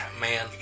man